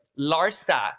Larsa